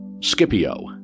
Scipio